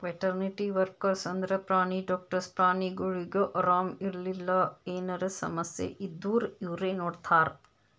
veterinary workers ಅಂದ್ರ ಪ್ರಾಣಿ doctors ಪ್ರಾಣಿಗೊಳಿಗ್ ಆರಾಮ್ ಇರ್ಲಿಲ್ಲ ಎನರೆ ಸಮಸ್ಯ ಇದ್ದೂರ್ ಇವ್ರೇ ನೋಡ್ತಾರ್